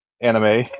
anime